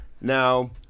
Now